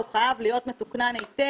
הוא חייב להיות מתוקנן היטב,